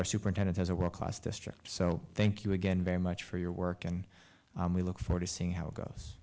our superintendent has a world class district so thank you again very much for your work and we look forward to seeing how it goes